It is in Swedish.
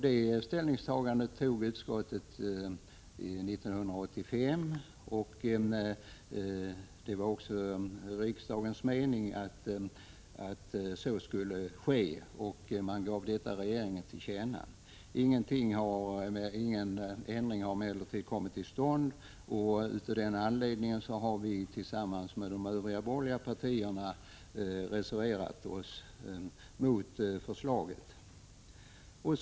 Detta ställningstagande gjorde utskottet 1985, och det var riksdagens mening att möjligheterna att ersätta den enskilde för hans rättegångskostnader skulle utredas. Detta gav riksdagen regeringen till känna. Ingen ändring har emellertid kommit till stånd. Av den anledningen har vi, tillsammans med övriga borgerliga partier, reserverat oss mot utskottsmajoritetens förslag.